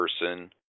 person